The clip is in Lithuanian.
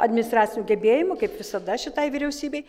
administracinių gebėjimų kaip visada šitai vyriausybei